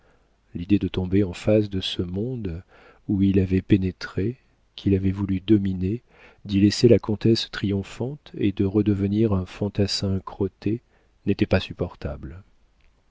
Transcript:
l'idée de tomber en face de ce monde où il avait pénétré qu'il avait voulu dominer d'y laisser la comtesse triomphante et de redevenir un fantassin crotté n'était pas supportable